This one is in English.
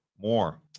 more